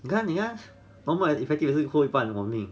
你看你看 normal as effective 也是扣一半 on me